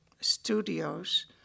studios